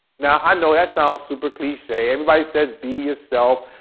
now, i know that sounds super cliche everybody says be yourself,